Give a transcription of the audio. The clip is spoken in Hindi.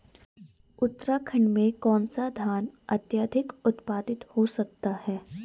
उत्तराखंड में कौन सा धान अत्याधिक उत्पादित हो सकता है?